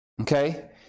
Okay